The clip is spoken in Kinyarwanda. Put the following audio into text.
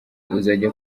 uzajya